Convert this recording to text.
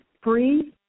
free